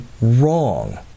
wrong